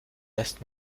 lässt